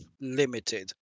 limited